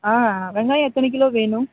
ஆ வெங்காயம் எத்தனை கிலோ வேணும்